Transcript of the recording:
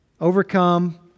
Overcome